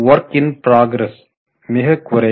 work in progress மிக குறைவே